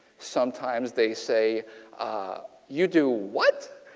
sometimes they say you do what?